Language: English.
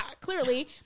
clearly